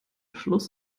schluss